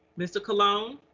mr. colon?